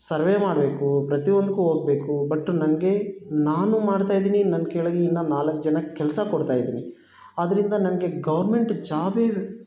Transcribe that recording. ಸರ್ವೇ ಮಾಡಬೇಕು ಪ್ರತಿ ಒಂದಕ್ಕೂ ಹೋಗ್ಬೇಕು ಬಟ್ಟು ನನಗೆ ನಾನು ಮಾಡ್ತಾ ಇದ್ದೀನಿ ನನ್ನ ಕೆಳಗೆ ಇನ್ನೂ ನಾಲ್ಕು ಜನಕ್ಕೆ ಕೆಲಸ ಕೊಡ್ತಾ ಇದ್ದೀನಿ ಅದರಿಂದ ನನಗೆ ಗೌರ್ಮೆಂಟ್ ಜಾಬೇ